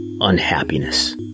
unhappiness